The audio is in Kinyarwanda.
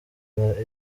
nka